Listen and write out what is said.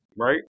right